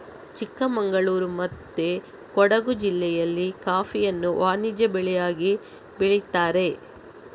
ಚಿಕ್ಕಮಗಳೂರು ಮತ್ತೆ ಕೊಡುಗು ಜಿಲ್ಲೆಯಲ್ಲಿ ಕಾಫಿಯನ್ನ ವಾಣಿಜ್ಯ ಬೆಳೆಯಾಗಿ ಬೆಳೀತಾರೆ